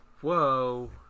Whoa